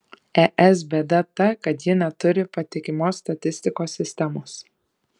es bėda ta kad ji neturi patikimos statistikos sistemos